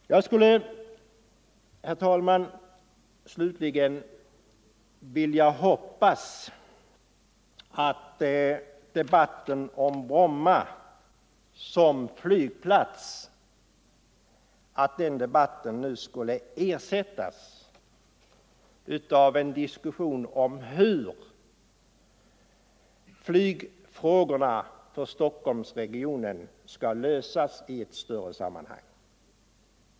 Jag hoppas, herr talman, att debatten om Bromma flygplats nu skall ersättas av en diskussion om hur flygfrågorna i Stockholmsregionen skall lösas i ett större sammanhang.